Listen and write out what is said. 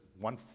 one